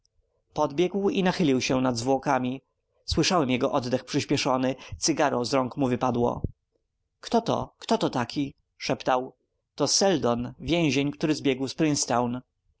podbiegł i nachylił się nad zwłokami słyszałem jego oddech przyśpieszony cygaro z rąk mu wypadło kto to kto to taki szeptał to seldon więzień który zbiegł